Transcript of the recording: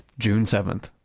june seventh,